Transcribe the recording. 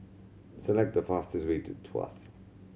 select the fastest way to Tuas